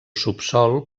subsòl